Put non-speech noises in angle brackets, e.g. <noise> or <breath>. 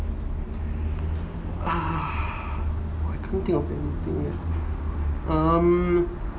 <breath> !wah! I can't think of anything leh hmm